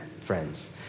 friends